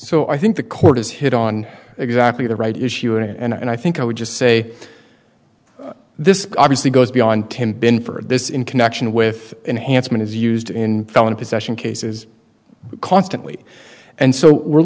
so i think the court has hit on exactly the right issue and i think i would just say this obviously goes beyond tembin for this in connection with enhancement is used in felony possession cases constantly and so we're